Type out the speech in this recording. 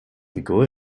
figur